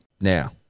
Now